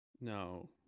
No